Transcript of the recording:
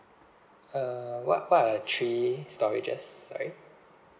uh what what are the three storages sorry